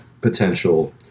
potential